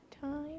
time